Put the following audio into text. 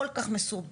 כל כך מסורבל,